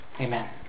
Amen